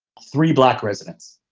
three black residents.